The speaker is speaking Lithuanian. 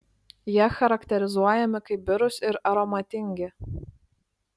jie charakterizuojami kaip birūs ir aromatingi